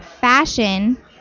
fashion